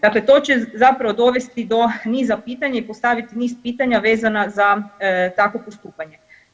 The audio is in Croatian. Dakle to će zapravo dovesti do niza pitanja i postaviti niz pitanja vezana za takvo postupanje.